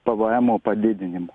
pvemo padidinimu